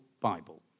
Bible